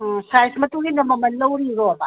ꯑꯥ size ꯃꯇꯨꯡ ꯏꯟꯅ ꯃꯃꯟ ꯂꯧꯔꯤꯔꯣꯕ